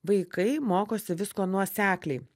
vaikai mokosi visko nuosekliai